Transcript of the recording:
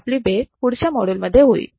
आपली भेट पुढच्या मॉड्यूल मध्ये होईल